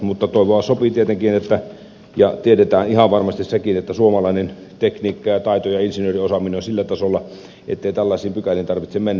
mutta toivoa sopii tietenkin ja tiedetään ihan varmasti sekin että suomalainen tekniikka ja taito ja insinööriosaaminen ovat sillä tasolla ettei tällaisiin pykäliin tarvitse mennä